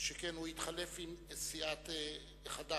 שכן הוא התחלף עם סיעת חד"ש,